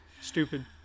Stupid